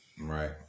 Right